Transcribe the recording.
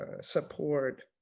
support